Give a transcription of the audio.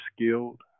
skilled